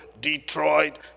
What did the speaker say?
detroit